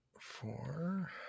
four